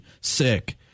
sick